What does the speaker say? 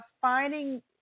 finding